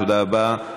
תודה רבה,